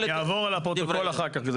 אני אעבור על הפרוטוקול אחר כך.